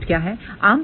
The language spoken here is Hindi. आउटपुट क्या है